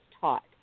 taught